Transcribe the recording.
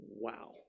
wow